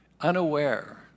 unaware